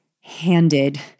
handed